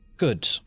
good